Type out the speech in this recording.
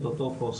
שזה אותו פוסט.